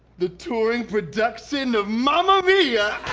the touring production of mamma mia!